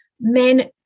men